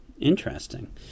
Interesting